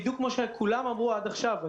בדיוק כפי שכולם אמרו עד עכשיו.